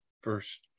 first